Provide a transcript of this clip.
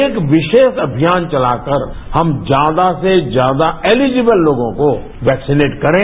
एक विशेष अभियान चलाकर हम ज्यादा से ज्यादा एलीजब्ल तोगों को वैक्सीनेट करें